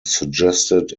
suggested